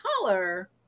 color